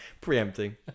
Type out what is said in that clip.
preempting